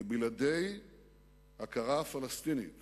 כי בלעדי הכרה פלסטינית